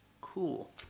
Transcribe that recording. cool